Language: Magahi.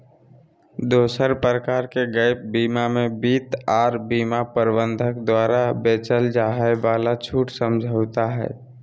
दोसर प्रकार के गैप बीमा मे वित्त आर बीमा प्रबंधक द्वारा बेचल जाय वाला छूट समझौता हय